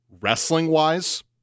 Wrestling-wise